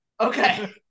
Okay